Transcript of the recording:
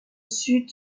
sud